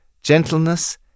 Gentleness